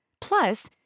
Plus